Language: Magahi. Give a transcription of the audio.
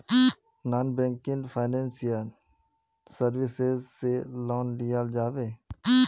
नॉन बैंकिंग फाइनेंशियल सर्विसेज से लोन लिया जाबे?